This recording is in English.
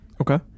Okay